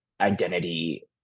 identity